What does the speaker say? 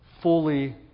fully